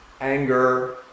anger